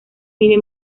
vive